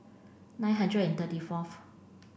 nine hundred and thirty fourth